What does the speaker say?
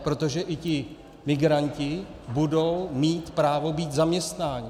Protože i ti migranti budou mít právo být zaměstnáni!